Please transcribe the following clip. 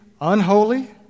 unholy